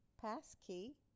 Passkey